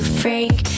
freak